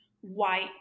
white